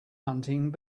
hunting